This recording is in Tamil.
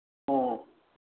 ம்